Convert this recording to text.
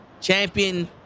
Champion